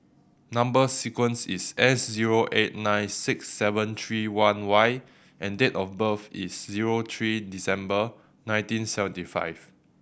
number sequence is S zero eight nine six seven three one Y and date of birth is zero three December nineteen seventy five